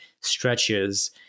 stretches